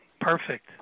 Perfect